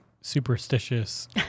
superstitious